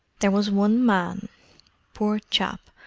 there was one man poor chap,